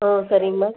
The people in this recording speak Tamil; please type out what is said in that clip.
ஆ சரிங்க மேம்